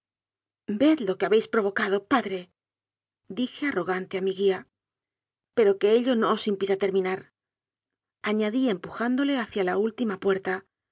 ved lo que habéis provocado padre'dije arro gante a mi guía pero que ello no os impida ter minar añadí empujándole hacia la última puer